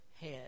head